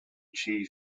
chi